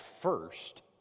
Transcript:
first